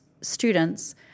students